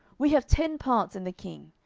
we have ten parts in the king,